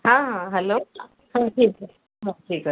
ହଁ ହଁ ହେଲୋ ହଁ ଠିକ୍ ଅଛି ହଁ ଠିକ୍ ଅଛି